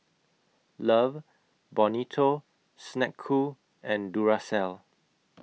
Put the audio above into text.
Love Bonito Snek Ku and Duracell